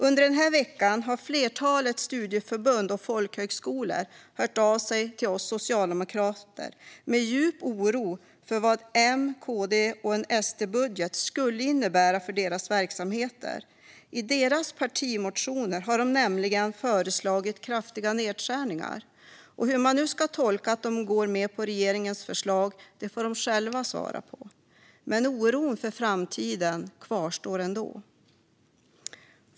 Under den här veckan har ett flertal studieförbund och folkhögskolor hört av sig till oss socialdemokrater med djup oro för vad en M-KD-SD-budget skulle innebära för deras verksamheter. I sina partimotioner har dessa partier nämligen föreslagit kraftiga nedskärningar. Hur man ska tolka att de nu går med på regeringens förslag får de själva svara på. Oron för framtiden kvarstår ändå.